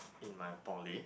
in my poly